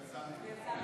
הוא יצא מפה.